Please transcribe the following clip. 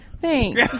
Thanks